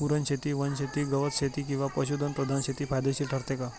कुरणशेती, वनशेती, गवतशेती किंवा पशुधन प्रधान शेती फायदेशीर ठरते का?